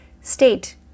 State